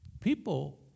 People